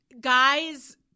guys